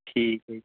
ਠੀਕ ਹੈ ਜੀ